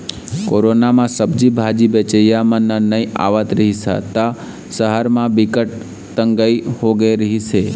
corona म सब्जी भाजी बेचइया मन नइ आवत रिहिस ह त सहर म बिकट तंगई होगे रिहिस हे